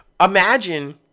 Imagine